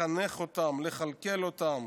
לחנך אותם, לכלכל אותם,